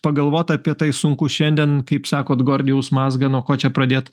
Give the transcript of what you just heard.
pagalvot apie tai sunku šiandien kaip sakot gordijaus mazgą nuo ko čia pradėt